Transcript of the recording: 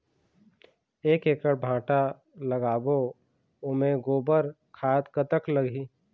एक एकड़ भांटा लगाबो ओमे गोबर खाद कतक लगही?